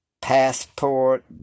passport